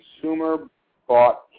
consumer-bought